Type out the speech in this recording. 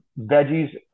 veggies